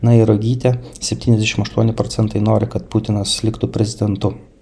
na ir uogytė septyniasdešim aštuoni procentai nori kad putinas liktų prezidentu